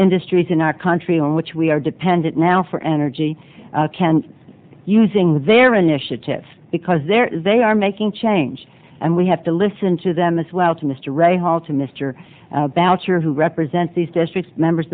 industries in our country on which we are dependent now for energy can using their initiative because there they are my king changed and we have to listen to them as well to mr ray hall to mr boucher who represent these districts members